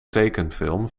tekenfilm